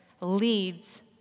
leads